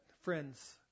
Friends